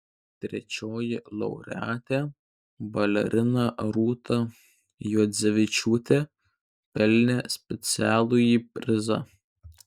trečioji laureatė balerina rūta juodzevičiūtė pelnė specialųjį prizą